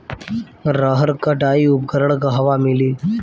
रहर कटाई उपकरण कहवा मिली?